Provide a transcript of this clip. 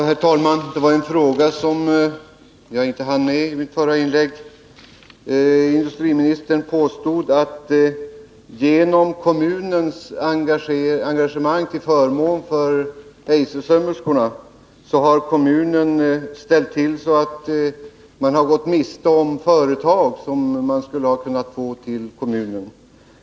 Herr talman! Jag hade en fråga som jag inte hann med i mitt förra inlägg. Industriministern påstod att kommunen, genom sitt angagemang till förmån för Eisersömmerskorna, har ställt till det så att man gått miste om företag som man skulle ha kunnat få till kommunen.